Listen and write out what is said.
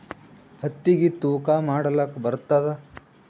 ಹತ್ತಿಗಿ ತೂಕಾ ಮಾಡಲಾಕ ಬರತ್ತಾದಾ?